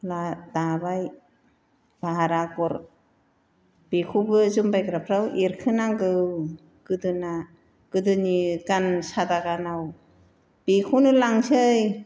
ला दाबाय फाहार आगर बेखौबो जोमबायग्राफ्राव एरखोनांगौ गोदोना गोदोनि गान सादा गानाव बेखौनो लांसै